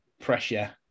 pressure